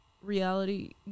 reality